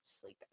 sleeping